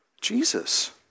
Jesus